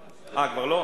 אה, כבר לא?